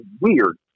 weird